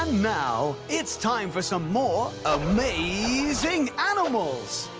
um now it's time for some more. amazing animals!